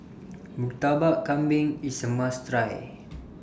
Murtabak Kambing IS A must Try